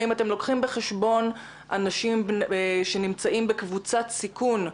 האם אתם לוקחים בחשבון אנשים שנמצאים בקבוצת סיכון?